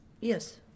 Yes